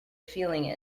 feeling